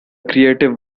creative